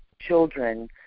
children